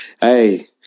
Hey